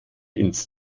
ins